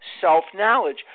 self-knowledge